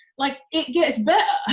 like, it gets better